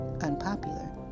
unpopular